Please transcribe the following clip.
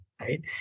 right